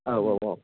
औ औ औ